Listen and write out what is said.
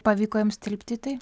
pavyko jums tilpti į tai